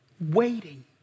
Waiting